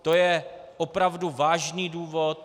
To je opravdu vážný důvod.